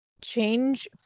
Change